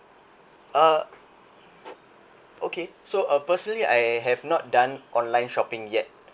uh okay so uh personally I have not done online shopping yet